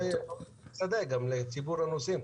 גם לציבור הנוסעים,